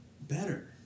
better